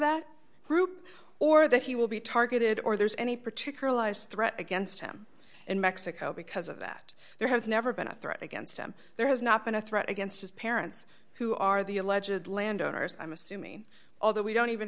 that group or that he will be targeted or there's any particular allies threat against him in mexico because of that there has never been a threat against him there has not been a threat against his parents who are the allegedly land owners i'm assuming although we don't even